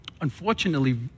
Unfortunately